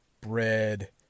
bread